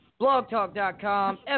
BlogTalk.com